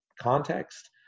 context